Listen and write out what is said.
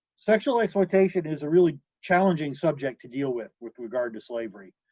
sexual exploitation is a really challenging subject to deal with with regard to slavery.